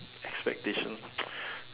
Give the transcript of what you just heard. expectations